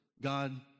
God